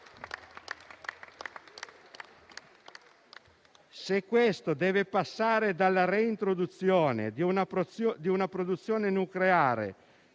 Se questo deve passare dalla reintroduzione di una produzione nucleare